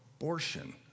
abortion